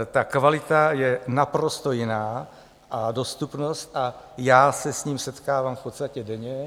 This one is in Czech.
Ta kvalita je naprosto jiná, a dostupnost, a já se s tím setkávám v podstatě denně.